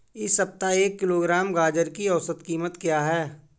इस सप्ताह एक किलोग्राम गाजर की औसत कीमत क्या है?